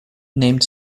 named